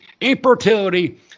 infertility